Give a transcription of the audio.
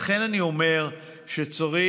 לכן אני אומר שצריך